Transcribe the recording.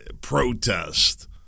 protest